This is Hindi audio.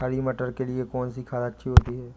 हरी मटर के लिए कौन सी खाद अच्छी होती है?